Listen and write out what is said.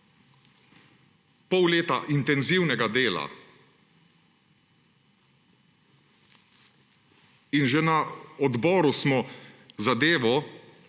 pol leta intenzivnega dela. In že na odboru smo zadevo,